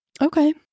okay